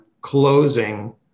closing